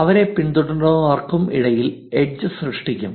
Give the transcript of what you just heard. അവരെ പിന്തുടരുന്നവർക്കുമിടയിൽ എഡ്ജ്കൾ സൃഷ്ടിക്കും